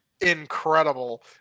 incredible